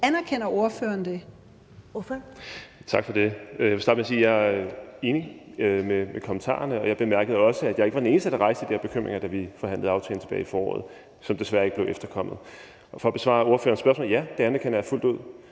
Anerkender ordføreren det?